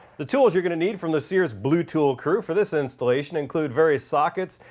the tools you're going to need from the sears blue tool crew for this installation include various sockets,